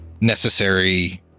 necessary